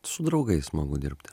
su draugais smagu dirbti